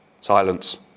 Silence